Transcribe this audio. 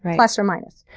plus or minus.